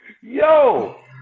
Yo